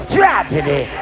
Tragedy